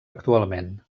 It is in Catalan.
actualment